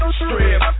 strip